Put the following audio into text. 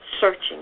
searching